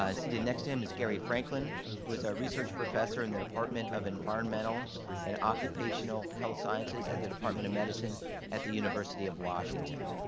seated next to him is gary franklin who is our research professor in the department of environmental and occupational health sciences at the department of medicine at the university of washington.